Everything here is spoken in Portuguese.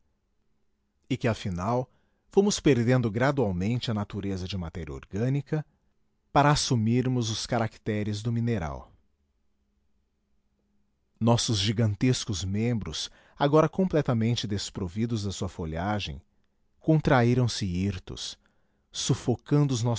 e que afinal fomos perdendo gradualmente a natureza de matéria orgânica para assumirmos os caracteres do mineral nossos gigantescos membros agora completamente desprovidos da sua folhagem contraíramse hirtos sufocando os